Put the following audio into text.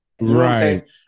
Right